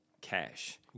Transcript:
cash